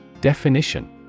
Definition